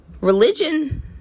Religion